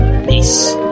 Peace